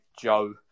Joe